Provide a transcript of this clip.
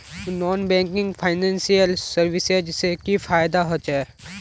Non banking financial services से की फायदा होचे?